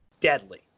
Deadly